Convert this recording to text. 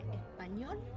español